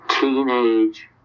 teenage